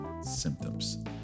symptoms